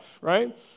Right